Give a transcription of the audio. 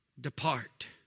depart